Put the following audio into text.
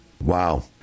Wow